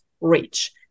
reach